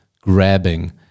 grabbing